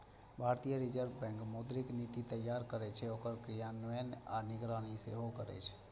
भारतीय reserve bank मौद्रिक नीति तैयार करै छै, ओकर क्रियान्वयन आ निगरानी सेहो करै छै